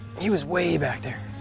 he was way back there.